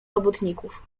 robotników